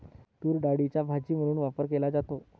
तूरडाळीचा भाजी म्हणून वापर केला जातो